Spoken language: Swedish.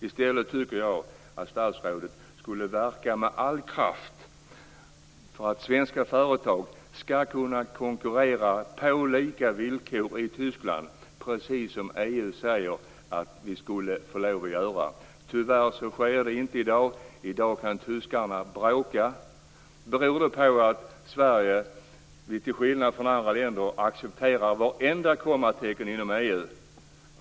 I stället tycker jag att statsrådet skulle verka med all kraft för att svenska företag skall kunna konkurrera på lika villkor i Tyskland, precis som EU säger att vi skulle få göra. Tyvärr sker det inte i dag. I dag kan tyskarna bråka, beroende på att Sverige till skillnad från andra länder accepterar vartenda kommatecken inom EU.